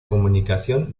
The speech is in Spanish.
comunicación